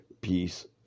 peace